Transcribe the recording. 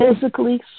physically